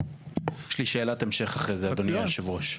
יש לי שאלת המשך אחרי זה, אדוני יושב הראש.